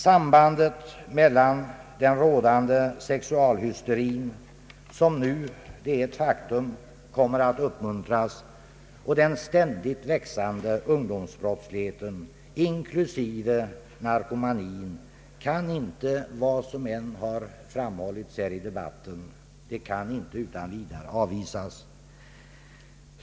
Sambandet mellan den rådande sexualhysterien, som nu — det är ett faktum — kommer att uppmuntras, och den ständigt växande ungdomsbrottsligheten inklusive narkomanin kan inte — vad som än framhållits i debatten — utan vidare avvisas.